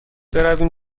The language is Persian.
برویم